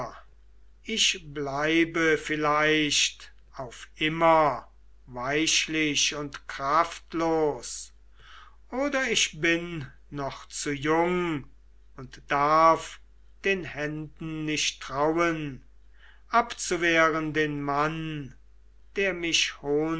ich bleibe vielleicht auf immer weichlich und kraftlos oder ich bin noch zu jung und darf den händen nicht trauen abzuwehren den mann der mich